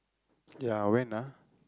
ya when ah